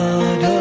God